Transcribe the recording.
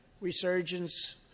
resurgence